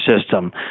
system